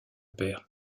père